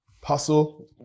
puzzle